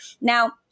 Now